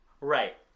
Right